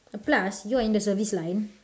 uh plus you are in the service line